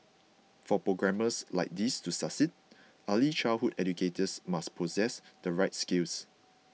for programmes like these to succeed early childhood educators must possess the right skills